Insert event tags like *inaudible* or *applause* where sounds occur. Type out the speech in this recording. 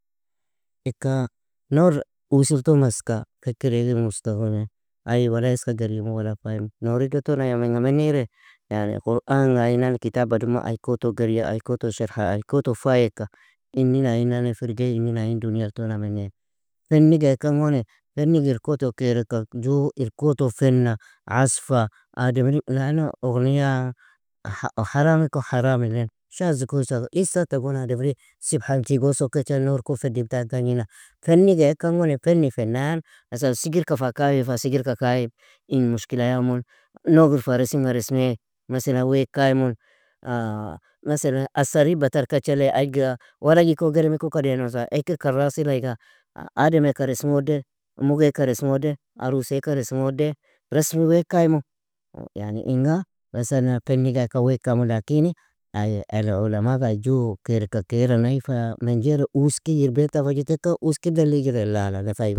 Ika, nour uosil ton maska ekkir iegi mustagbal, ai wala eska geryimu wala faymu. Nouri do ton ai minga menyre, yani Quran ga ainan kitaba duma ai koto garya, ai koto sherha, ai koto fayeka, innin ainane firge innin ain duniayl ton amenai. Fenni ga ekan goni, fenni ge ir koto keareka, ju ir koto fenna, asfa, ademri *hesitation* lano ughniya, ha_harami kon harami lin, shaz iko *unintelligible* isata gon ademri sibhanchi gon sokecha nour kon feddi tan tagnina, fenni ga ikan goni fenni fennan Maslan sigirka fa kayir fa sigirka kay in mushkila ya imon Nogil fa resim ga resmi meselan weaka aymun. *hesitation* Mesalna asarri batar kachalay aiga waragi ko gelemi ko ka dinosa ekir karasil aiga ademeaka resmoden, mugeaka resmoden, aruseka resmode resmi weaka aymu yani inga masana fenni ga ikan weaka aomu lakini ai العلماء fa ju kaere ka kairanay, fa menjere uoskig irbinta fa ju teka uoski delijre la la nefeymu.